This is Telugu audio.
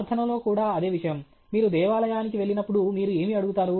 ప్రార్థనలో కూడా అదే విషయం మీరు దేవాలయానికి వెళ్ళినప్పుడు మీరు ఏమి అడుగుతారు